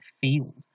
field